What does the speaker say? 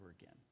again